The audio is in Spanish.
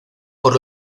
por